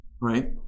right